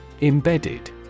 Embedded